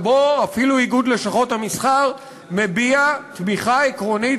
ובו אפילו איגוד לשכות המסחר מביע תמיכה עקרונית